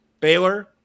Baylor